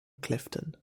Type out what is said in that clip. clifton